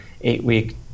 eight-week